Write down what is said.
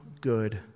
good